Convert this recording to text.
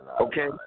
Okay